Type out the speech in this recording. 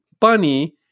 bunny